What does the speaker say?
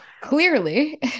Clearly